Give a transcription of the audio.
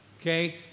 Okay